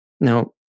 now